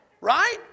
Right